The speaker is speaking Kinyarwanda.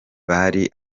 bari